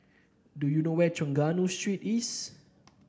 do you know where is Trengganu Street East